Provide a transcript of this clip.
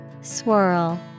Swirl